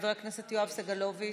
חבר הכנסת יואב סגלוביץ',